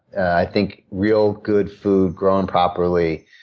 i think real, good food grown properly,